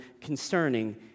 concerning